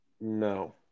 No